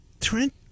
Trent